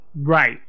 right